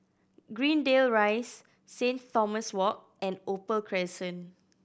Greendale Rise Saint Thomas Walk and Opal Crescent